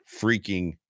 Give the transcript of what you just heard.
freaking